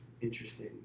interesting